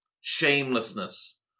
shamelessness